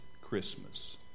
Christmas